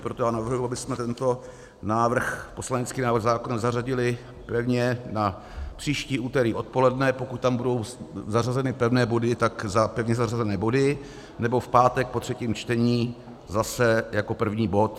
Proto navrhuji, abychom tento poslanecký návrh zákona zařadili pevně na příští úterý odpoledne, pokud tam budou zařazeny pevné body, tak za pevně zařazené body, nebo v pátek po třetím čtení zase jako první bod.